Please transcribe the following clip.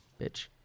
bitch